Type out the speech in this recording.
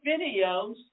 videos